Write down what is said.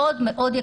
מאוד מאוד יקרות.